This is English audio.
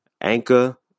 Anchor